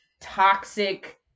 toxic